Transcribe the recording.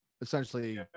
essentially